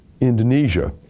Indonesia